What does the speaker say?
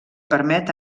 permet